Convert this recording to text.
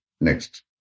Next